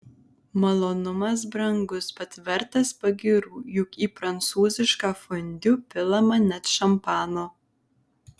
malonumas brangus bet vertas pagyrų juk į prancūzišką fondiu pilama net šampano